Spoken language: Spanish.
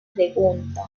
pregunta